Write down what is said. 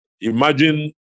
imagine